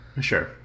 Sure